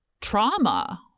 trauma